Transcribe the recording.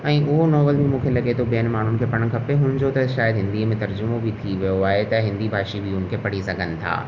ऐं उहो नॉवेल बि मूंखे लॻे थो ॿियनि माण्हुनि खे पाणि खपे हुनजो त शायदि हिंदीअ में तर्जुमो बि थी वियो आहे त हिंदी भाषी बि हुनखे पढ़ी सघनि था